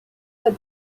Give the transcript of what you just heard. but